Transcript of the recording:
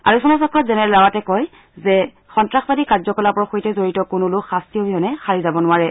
আলোচনা চক্ৰত জেনেৰেল ৰাৱাটে কয় যে সন্ত্ৰাসবাদী কাৰ্যকলাপৰ সৈতে জড়িত কোনো লোক শাস্তি অবিহনে সাৰি যাব নোৱাৰিব